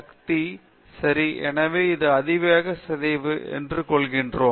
குளிர் சூழலில் வைக்கப்படும் சூடான பொருள் இருந்தால் வெப்பப் பரிமாற்றத்தைக் காண்போம்